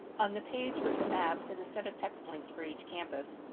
on the page with the map is a set of text links for each campus.